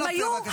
אם היו ההצבעה,